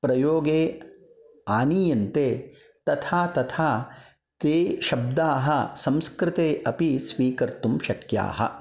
प्रयोगे आनीयन्ते तथा तथा ते शब्दाः संस्कृते अपि स्वीकर्तुं शक्याः